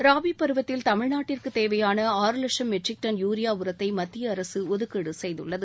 ராபி பருவத்தில் தமிழ்நாட்டிற்குத் தேவையான ஆறு லட்சும் மெட்ரிக் டன் யூரியா உரத்தை மத்திய அரசு ஒதுக்கீடு செய்துள்ளது